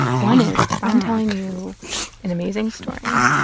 one is if i'm telling you an amazing story,